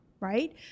Right